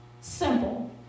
Simple